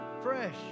Fresh